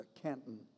Canton